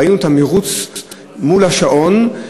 את המירוץ מול השעון,